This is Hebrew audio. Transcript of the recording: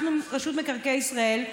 אנחנו רשות מקרקעי ישראל,